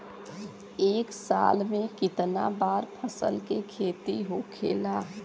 एक साल में कितना बार फसल के खेती होखेला?